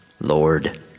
lord